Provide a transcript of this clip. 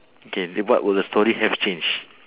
okay then what will the story have change